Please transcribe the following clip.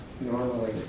normally